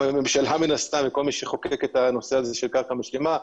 אלא גם הממשלה מן הסתם וכל מי שחוקק את הנושא הזה של קרקע משלימה.